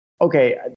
okay